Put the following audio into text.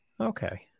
Okay